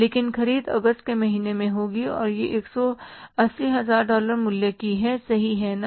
लेकिन ख़रीद अगस्त के महीने में होगी और यह 180 हजार डॉलर मूल्य की है सही है ना